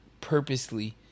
purposely